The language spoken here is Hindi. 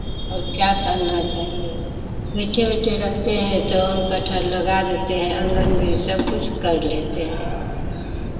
और क्या करना चाहिए बैठे बैठे रहते हैं तो आम कटहल लगा देते हैं आंगन भी सब कुछ कर लेते हैं